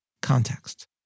context